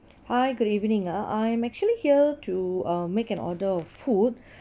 hi good evening ah I'm actually here to um make an order of food